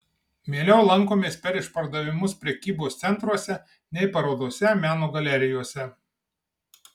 mieliau lankomės per išpardavimus prekybos centruose nei parodose meno galerijose